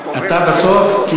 אתה בסוף כי